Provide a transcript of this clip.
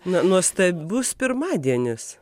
nuostabus pirmadienis